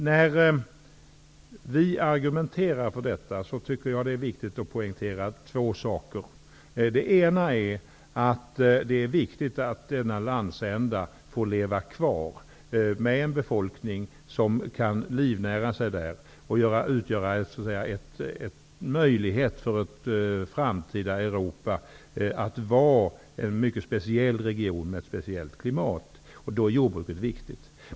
När vi argumenterar för detta tycker jag att det är viktigt att poängtera två saker. Den ena är att det är väsentligt att denna landsända får leva kvar med en befolkning som kan livnära sig där, att det i det framtida Europa ges en möjlighet att vara en mycket speciell region med speciellt klimat, och då är jordbruket viktigt.